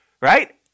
right